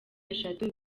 eshatu